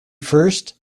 first